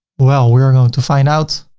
well, we are going to find out.